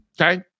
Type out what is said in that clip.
Okay